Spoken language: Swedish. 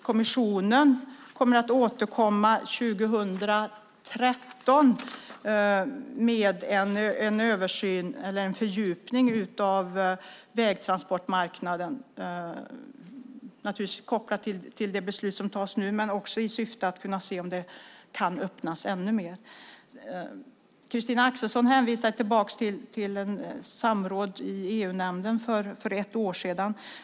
Kommissionen kommer att återkomma 2013 med en fördjupning av vägtransportmarknaden, naturligtvis kopplad till det beslut som fattas nu och också i syfte att marknaden kan öppnas mer. Christina Axelsson hänvisar till ett samråd i EU-nämnden för ett år sedan.